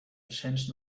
changed